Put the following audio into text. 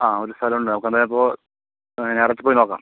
ആ ഒരു സ്ഥലമുണ്ട് നമുക്കെന്നാലിപ്പോൾ ഞായറാഴ്ച്ച പോയി നോക്കാം